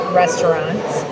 restaurants